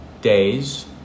days